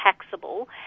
taxable